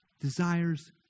desires